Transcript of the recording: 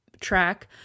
track